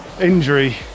injury